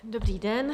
Dobrý den.